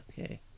Okay